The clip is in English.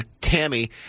Tammy